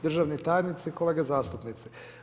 državni tajnice, kolega zastupnici.